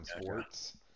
sports